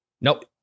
Nope